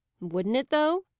wouldn't it, though!